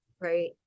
right